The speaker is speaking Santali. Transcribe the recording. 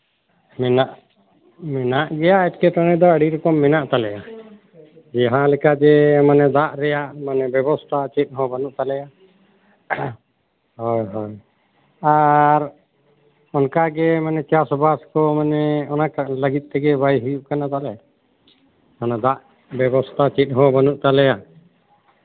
ᱢᱮᱱᱟᱜ ᱢᱮᱱᱟᱜ ᱜᱮᱭᱟ ᱮᱴᱠᱮᱴᱚᱬᱮ ᱫᱚ ᱟᱹᱰᱤ ᱨᱚᱠᱚᱢ ᱢᱮᱱᱟᱜ ᱛᱟᱞᱮᱭᱟ ᱡᱟᱦᱟᱸᱞᱮᱠᱟ ᱜᱮ ᱢᱟᱱᱮ ᱫᱟᱜ ᱨᱮᱭᱟᱜ ᱵᱮᱵᱚᱥᱛᱟ ᱪᱮᱫ ᱦᱚᱸ ᱵᱟᱱᱩᱜ ᱛᱟᱞᱮᱭᱟ ᱦᱳᱭ ᱦᱳᱭ ᱟᱨ ᱚᱱᱠᱟ ᱜᱮ ᱢᱟᱱᱮ ᱪᱟᱥᱟᱵᱟᱥ ᱠᱚ ᱢᱟᱱᱮ ᱚᱱᱟ ᱞᱟᱹᱜᱤᱫ ᱛᱮᱜᱮ ᱵᱟᱭ ᱦᱩᱭᱩᱜ ᱠᱟᱱᱟ ᱛᱟᱞᱮ ᱚᱱᱟ ᱫᱟᱜ ᱵᱮᱵᱚᱥᱛᱷᱟ ᱪᱮᱫ ᱦᱚᱸ ᱵᱟᱱᱩᱜ ᱛᱟᱞᱮᱭᱟ